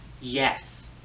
Yes